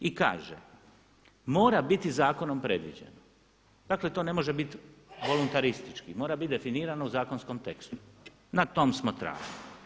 I kaže: „mora biti zakonom predviđeno“, dakle ne može to biti volontaristički, mora biti definirano u zakonskom tekstu, na tom smo tragu.